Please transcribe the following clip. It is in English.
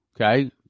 okay